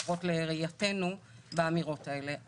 לפחות לראייתנו באמירות האלה.